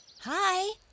Hi